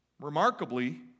Remarkably